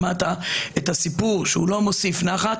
שמעת את הסיפור שהוא לא מוסיף נחת,